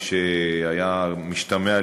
כפי שהיה משתמע,